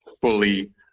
fully